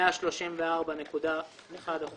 134.1%